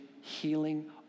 healing